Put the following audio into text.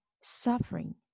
suffering